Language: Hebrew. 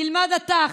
תלמד אתה,